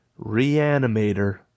reanimator